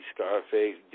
Scarface